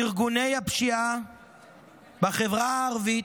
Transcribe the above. ארגוני הפשיעה בחברה הערבית,